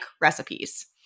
recipes